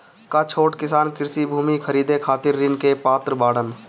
का छोट किसान कृषि भूमि खरीदे खातिर ऋण के पात्र बाडन?